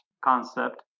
concept